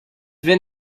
been